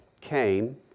came